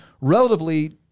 relatively